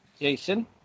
Jason